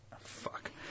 Fuck